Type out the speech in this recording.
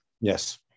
Yes